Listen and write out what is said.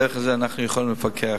דרך זה אנחנו יכולים לפקח.